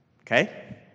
Okay